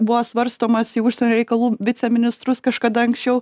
buvo svarstomas į užsienio reikalų viceministrus kažkada anksčiau